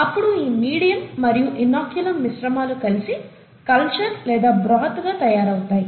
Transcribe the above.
ఇప్పుడు ఈ మీడియం మరియు ఇన్నోక్యులం మిశ్రమాలు కలిసి కల్చర్ లేదా బ్రాత్ గా తయారవుతాయి